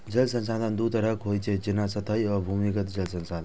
जल संसाधन दू तरहक होइ छै, जेना सतही आ भूमिगत जल संसाधन